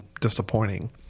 disappointing